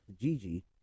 Gigi